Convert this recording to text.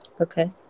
Okay